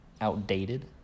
outdated